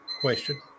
question